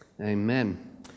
Amen